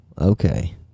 Okay